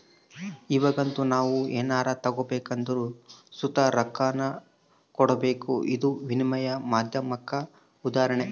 ಇವಾಗಂತೂ ನಾವು ಏನನ ತಗಬೇಕೆಂದರು ಸುತ ರೊಕ್ಕಾನ ಕೊಡಬಕು, ಇದು ವಿನಿಮಯದ ಮಾಧ್ಯಮುಕ್ಕ ಉದಾಹರಣೆ